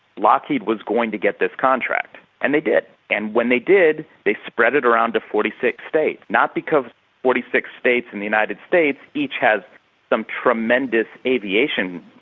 lockheed was going to get this contract and they did. and when they did they spread it around to forty six states, not because forty six states in the united states each has some tremendous aviation